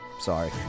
Sorry